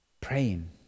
Praying